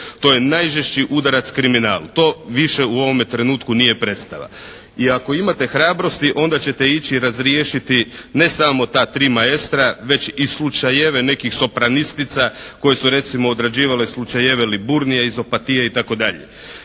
To je najžešći udarac kriminalu, to više u ovom trenutku nije predstava. I ako imate hrabrosti onda ćete ići razriješiti ne samo ta tri "maestra" već i slučajeve nekih "sopranistica" koje su recimo odrađivale slučajeve Liburnije iz Opatije itd.